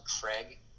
craig